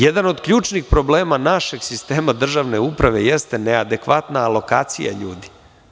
Jedan od ključnih problema našeg sistema državne uprave jeste neadekvatna lokacija ljudi.